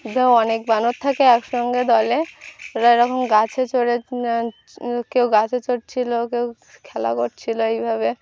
অনেক বানর থাকে একসঙ্গে দলে ওরা এরকম গাছে চড়ে কেউ গাছে চড়ছিল কেউ খেলা করছিল এইভাবে